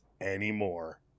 anymore